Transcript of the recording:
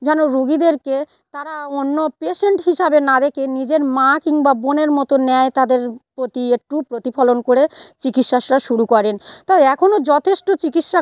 যেন রোগীদেরকে তারা অন্য পেশেন্ট হিসাবে না রেখে নিজের মা কিংবা বোনের মতন নেয় তাদের প্রতি একটু প্রতিফলন করে চিকিৎসাসা শুরু করেন তা এখনও যথেষ্ট চিকিৎসা